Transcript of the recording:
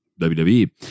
WWE